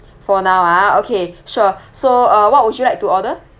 for now ah okay sure so uh what would you like to order